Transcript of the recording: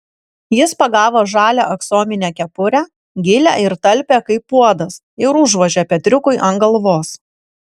jis pagavo žalią aksominę kepurę gilią ir talpią kaip puodas ir užvožė petriukui ant galvos